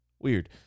Weird